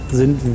sind